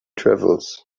travels